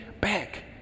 back